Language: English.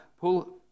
pull